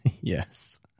Yes